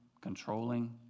controlling